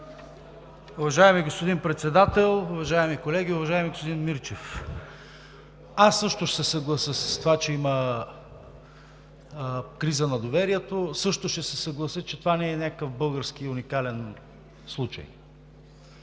Уважаеми господин Председател, уважаеми колеги! Уважаеми господин Мирчев, аз също ще се съглася с това, че има криза на доверието, също ще се съглася, че това не е някакъв български и уникален случай.